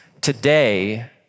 today